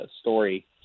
story